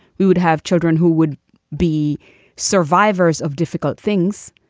who would have children, who would be survivors of difficult things.